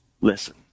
listen